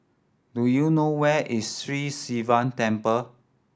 do you know where is Sri Sivan Temple